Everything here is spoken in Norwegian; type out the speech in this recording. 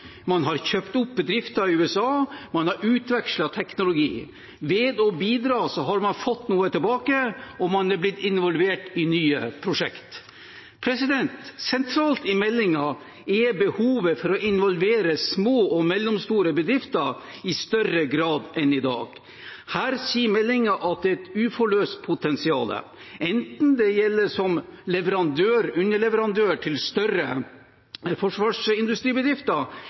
man har kjøpt opp bedrifter i USA, og man har utvekslet teknologi. Ved å bidra har man fått noe tilbake, og man er blitt involvert i nye prosjekt. Sentralt i meldingen er behovet for å involvere små og mellomstore bedrifter i større grad enn i dag. Her sier meldingen at det er et uforløst potensial – enten det gjelder som leverandør/underleverandør til større forsvarsindustribedrifter,